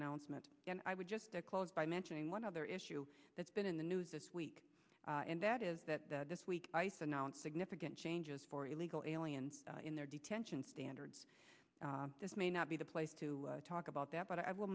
announcement and i would just close by mentioning one other issue that's been in the news this week and that is that this week ice announced significant changes for illegal aliens in their detention standards this may not be the place to talk about that but i will